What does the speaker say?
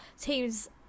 teams